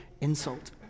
insult